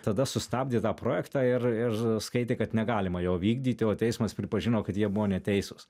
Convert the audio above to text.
tada sustabdė tą projektą ir ir skaitė kad negalima jo vykdyti o teismas pripažino kad jie buvo neteisūs